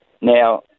now